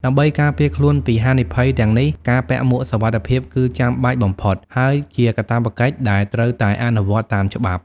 ដើម្បីការពារខ្លួនពីហានិភ័យទាំងនេះ ការពាក់មួកសុវត្ថិភាពគឺចាំបាច់បំផុត ហើយជាកាតព្វកិច្ចដែលត្រូវតែអនុវត្តតាមច្បាប់។